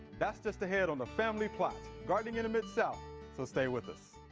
that's just ahead on the family plot gardening in the mid-south so stay with us.